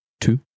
two